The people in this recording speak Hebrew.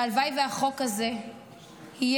הלוואי שהחוק הזה יהיה